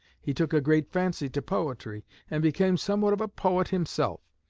he took a great fancy to poetry and became somewhat of a poet himself.